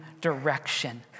direction